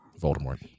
voldemort